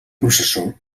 processó